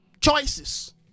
choices